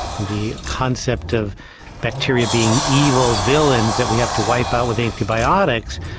and the concept of bacteria being evil villains that we have to wipe out with antibiotics.